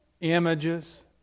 Images